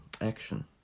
action